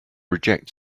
reject